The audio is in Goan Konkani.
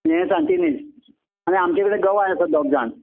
हें सांतिनेज आनी आमचे कडेन गवाय आसात दोग जाण